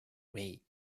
wait